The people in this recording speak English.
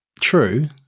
true